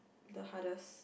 the hardest